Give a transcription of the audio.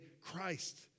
Christ